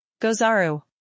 Gozaru